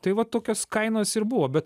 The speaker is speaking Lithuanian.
tai vat tokios kainos ir buvo bet